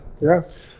Yes